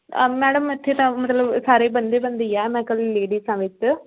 madam ਇੱਥੇ ਤਾਂ ਮਤਲਬ ਸਾਰੇ ਬੰਦੇ ਬੰਦੇ ਹੀ ਆ ਮੈਂ ਕੱਲੀ ਲੇਡੀਸ ਹਾਂ ਵਿੱਚ